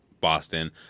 boston